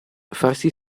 farsi